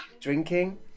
drinking